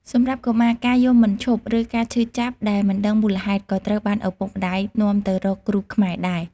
សម្រាប់កុមារ ការយំមិនឈប់ ឬការឈឺចាប់ដែលមិនដឹងមូលហេតុ ក៏ត្រូវបានឪពុកម្តាយនាំទៅរកគ្រូខ្មែរដែរ។